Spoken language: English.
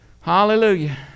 Hallelujah